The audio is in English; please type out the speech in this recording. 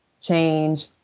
change